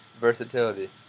versatility